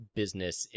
business